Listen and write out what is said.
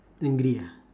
angry ah